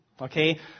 okay